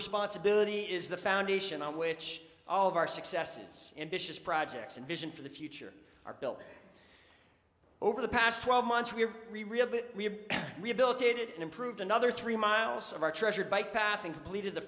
responsibility is the foundation on which all of our successes and vicious projects and vision for the future are built over the past twelve months we are rehabilitated and improved another three miles of our treasured bike path and completed the